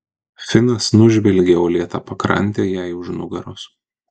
finas nužvelgė uolėtą pakrantę jai už nugaros